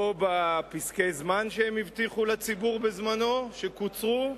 לא בפסקי-זמן שהם הבטיחו לציבור בזמנו, שקוצרו,